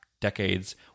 decades